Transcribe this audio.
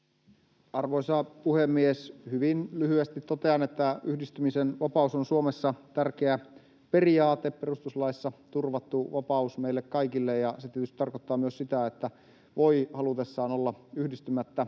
Arvoisa puhemies! Hyvin lyhyesti totean, että yhdistymisen vapaus on Suomessa tärkeä periaate, perustuslaissa turvattu vapaus meille kaikille. Se tietysti tarkoittaa myös sitä, että voi halutessaan olla yhdistymättä.